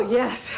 yes